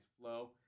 flow